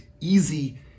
easy